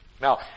Now